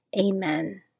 Amen